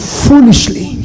foolishly